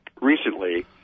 recently